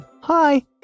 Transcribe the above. Hi